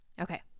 Okay